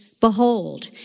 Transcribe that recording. Behold